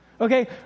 Okay